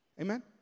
Amen